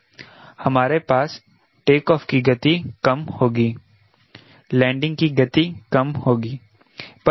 हमारे पास टेकऑफ़ की गति कम होगी लैंडिंग की गति कम होगी